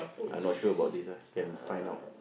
I not sure about this ah can find out